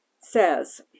Says